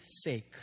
sake